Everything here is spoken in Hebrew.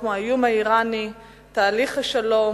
כמו האיום האירני ותהליך השלום.